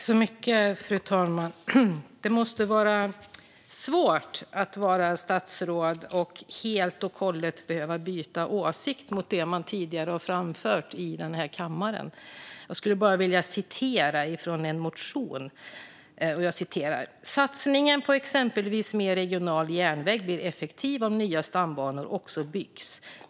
Fru talman! Det måste vara svårt att vara statsråd och helt och hållet behöva byta åsikt från den man tidigare har framfört i den här kammaren. Jag skulle vilja citera ur en motion: "Satsningen på exempelvis mer regional järnväg blir effektiv om nya stambanor också byggs.